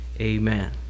amen